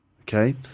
okay